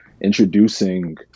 introducing